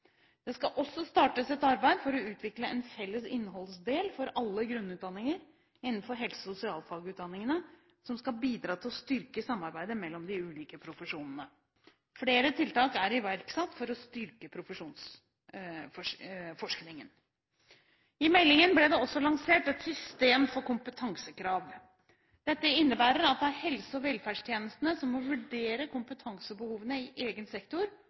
Det skal også startes et arbeid for å utvikle en felles innholdsdel for alle grunnutdanninger innenfor helse- og sosialfagutdanningene, som skal bidra til å styrke samarbeidet mellom de ulike profesjonene. Flere tiltak er iverksatt for å styrke profesjonsforskningen. I meldingen ble det også lansert et system for kompetansekrav. Dette innebærer at det er helse- og velferdstjenestene som må vurdere kompetansebehovene i egen sektor